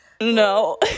no